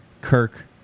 Kirk